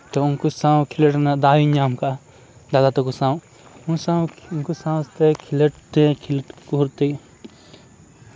ᱛᱳ ᱩᱱᱠᱩ ᱥᱟᱶ ᱠᱷᱮᱞᱳᱰ ᱨᱮᱱᱟᱜ ᱫᱟᱣᱤᱧ ᱧᱟᱢ ᱠᱟᱜᱼᱟ ᱫᱟᱫᱟ ᱛᱟᱠᱚ ᱥᱟᱶ ᱩᱱᱠᱩ ᱥᱟᱶ ᱩᱱᱠᱩ ᱥᱟᱶᱛᱮ ᱠᱷᱮᱞᱳᱰ ᱨᱮ ᱠᱷᱮᱞᱳᱰ ᱢᱚᱦᱩᱨᱛᱮ